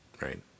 Right